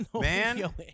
Man